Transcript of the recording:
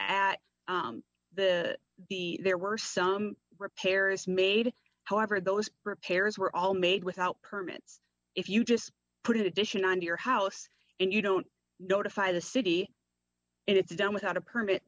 at the the there were some repairs made however those repairs were all made without permits if you just put it addition on your house and you don't notify the city and it's done without a permit